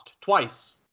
twice